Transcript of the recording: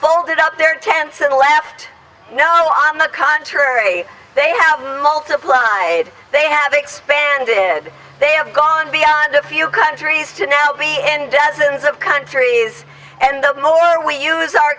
folded up their tents and left no on the contrary they have multiplied they have expanded they have gone beyond a few countries to now be in dozens of countries and the more we use our